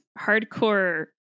hardcore